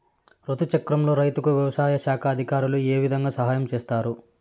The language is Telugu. రుతు చక్రంలో రైతుకు వ్యవసాయ శాఖ అధికారులు ఏ విధంగా సహాయం చేస్తారు?